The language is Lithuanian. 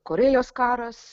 korėjos karas